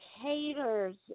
caters